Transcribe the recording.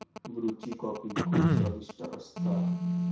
ब्रुची कॉफी खुप स्वादिष्ट असता